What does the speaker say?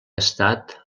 estat